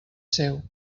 seu